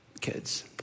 kids